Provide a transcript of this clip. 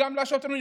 לשוטרים,